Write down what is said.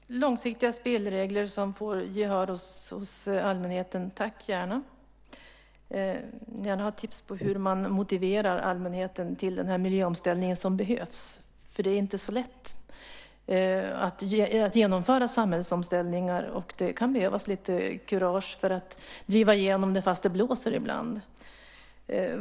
Herr talman! Långsiktiga spelregler som får gehör hos allmänheten - tack gärna! Jag vill gärna ha tips på om hur man motiverar allmänheten till den miljöomställning som behövs. Det är inte så lätt att genomföra samhällsomställningar. Det kan behövas kurage att driva igenom dem fast det blåser ibland.